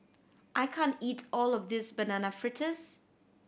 I can't eat all of this Banana Fritters